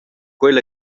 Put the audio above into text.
quei